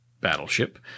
battleship